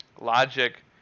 logic